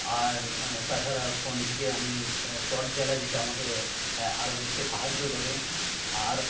আর তাছাড়া ফোন থেকে আমি টর্চ জ্বালাই যেটা আমাকে আলো দেখতে সাহায্য করে আর